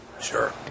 sure